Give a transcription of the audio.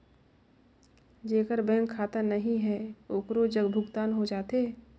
जेकर बैंक खाता नहीं है ओकरो जग भुगतान हो जाथे?